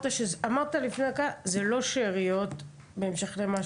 אמרת לפני דקה, זה לא שאריות בהמשך למה שהוא שאל.